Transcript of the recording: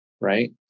right